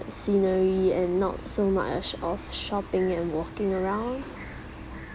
scenery and not so much of shopping and walking around